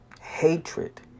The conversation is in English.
hatred